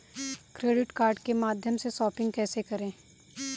Credit card के माध्यम से शॉपिंग कैसे करें?